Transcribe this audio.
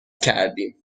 کردیم